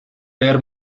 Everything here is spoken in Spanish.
leer